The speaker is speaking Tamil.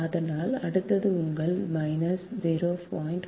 அதனால் அடுத்தது உங்கள் 0